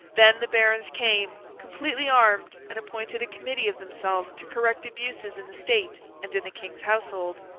then, the barons came, completely armed, and appointed a committee of themselves to correct abuses in the state and in the king's household.